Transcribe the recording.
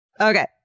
Okay